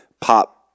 pop